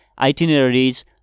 itineraries